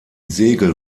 segel